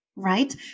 right